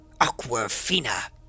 Aquafina